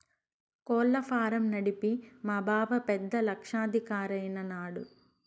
కోళ్ల ఫారం నడిపి మా బావ పెద్ద లక్షాధికారైన నాడు